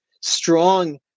strong